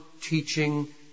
teaching